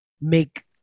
make